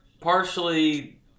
partially